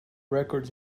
records